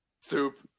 Soup